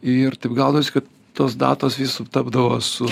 ir taip gaunasi kad tos datos vis sutapdavo su